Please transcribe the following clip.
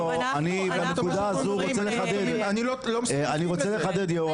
לא מסכים לזה.